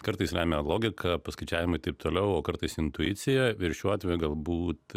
kartais lemia logika paskaičiavimai taip toliau o kartais intuicija ir šiuo atveju galbūt